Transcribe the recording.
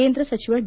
ಕೇಂದ್ರ ಸಚಿವ ಡಿ